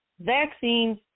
vaccines